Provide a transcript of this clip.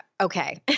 okay